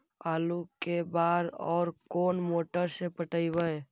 आलू के बार और कोन मोटर से पटइबै?